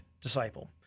disciple